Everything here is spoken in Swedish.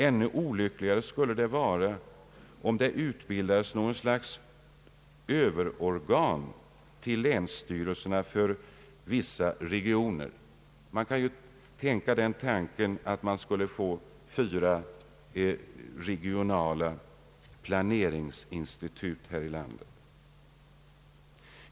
Ännu olyckligare skulle det vara, om det utbildades något slags överorgan till länsstyrelserna för vissa regioner — man kan ju tänka sig fyra regionala planeringsinstitut här i landet.